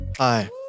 Hi